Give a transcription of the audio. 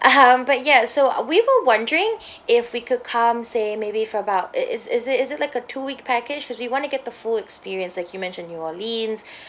(uh huh) but ya so we were wondering if we could come say maybe for about is is it is it like a two week package because we want to get the full experience like you mentioned new orleans